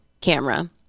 camera